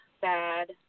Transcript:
sad